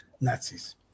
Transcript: Nazis